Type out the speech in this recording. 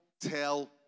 tell